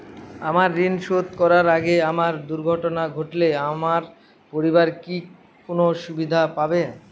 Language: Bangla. আমার ঋণ শোধ করার আগে আমার দুর্ঘটনা ঘটলে আমার পরিবার কি কোনো সুবিধে পাবে?